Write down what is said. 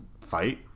fight